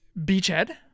Beachhead